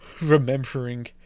remembering